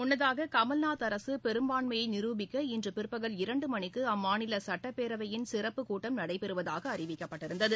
முன்னதாககமல்நாத் அரசுபெரும்பான்மையைநிரூபிக்க இன்றபிற்பகல் இரண்டுமணிக்குஅம்மாநிலசட்டப்பேரவையின் சிறப்புக் கூட்டம் நடைபெறுவதாகஅறிவிக்கப்பட்டிருந்தது